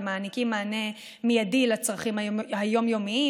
ומעניקים מענה מיידי לצרכים היום-יומיים,